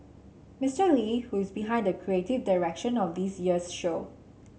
Mister Lee who is behind the creative direction of this year's show